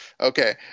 Okay